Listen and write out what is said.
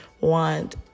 want